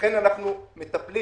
לכן אנחנו מטפלים.